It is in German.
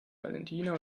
valentina